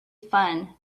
fun